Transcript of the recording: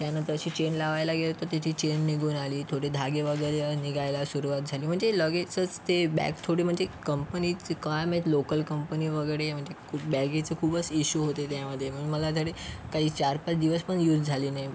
त्यानंतर अशी चेन लावायला गेलो तर त्याची चेन निघून आली थोडे धागे वगैरे निघायला सुरवात झाली म्हणजे लगेचच ते बॅग थोडी म्हणजे कंपनीची काय माहीत लोकल कंपनी वगैरे म्हणजे बॅगेचं खूपच इश्यू होते त्यामध्ये मला तर काही चारपाच दिवस पण यूज झाली नाही